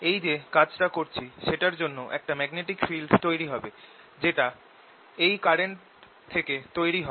এই যে কাজটা করছি সেটার জন্য একটা ম্যাগনেটিক ফিল্ড তৈরি হবে যেটা এই কারেন্ট থেকে তৈরি হয়